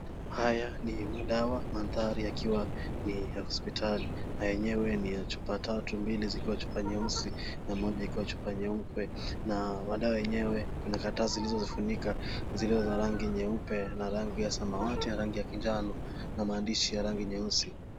Haya ni madawa mandhari yakiwa ni ya hospitali na yenyewe ni ya chupa tatu, mbili zikiwa chupa nyeusi na moja ikiwa chupa nyeupe na madawa yenyewe kuna karatasi zilizozifunika zilizo za rangi nyeupe na rangi ya samawati na rangi ya kinjano na maandishi ya rangi nyeusi.